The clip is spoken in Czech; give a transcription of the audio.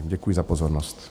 Děkuji za pozornost.